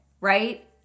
right